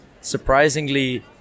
surprisingly